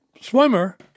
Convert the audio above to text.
swimmer